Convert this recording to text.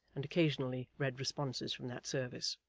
and occasionally read responses from that service.